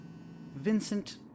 Vincent